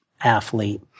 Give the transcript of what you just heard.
athlete